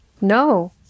No